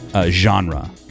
genre